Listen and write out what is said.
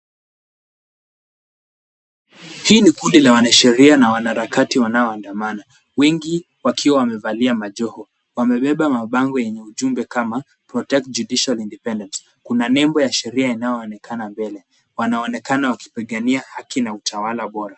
Hii ni kundi ya wanasheria na wanaharakati wanaoandamana, wengi wakiwa wamevalia majoho. Wamebeba mabango yenye ujumbe kama protect Judiciary independency . Kuna nembo ya sheria inayoonekana mbele. Wanaonekana wakipigania haki na utawala bora.